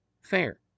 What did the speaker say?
fair